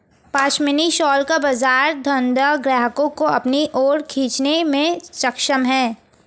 pashmina shawl का बाजार धनाढ्य ग्राहकों को अपनी ओर खींचने में सक्षम है